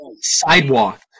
sidewalk